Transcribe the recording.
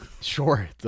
Sure